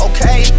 Okay